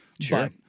Sure